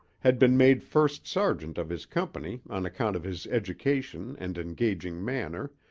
had been made first-sergeant of his company on account of his education and engaging manner,